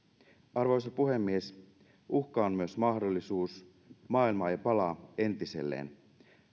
arvoisa puhemies uhka on myös mahdollisuus maailma ei palaa entiselleen